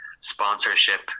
sponsorship